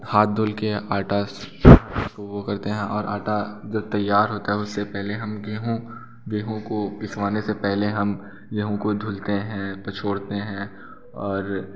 हाथ धुल के आटा सानना शुरू करते हैं आटा जो तैयार होता है उससे पहले हम गेहू गेंहू को पिसवाने से पहले हम गेहू को धुलते हैं पछोड़ते हैं और